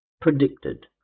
Predicted